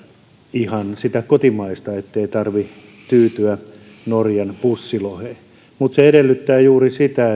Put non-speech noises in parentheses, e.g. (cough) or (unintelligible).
ihan sitä kotimaista ettei tarvitse tyytyä norjan pussiloheen mutta se edellyttää juuri sitä (unintelligible)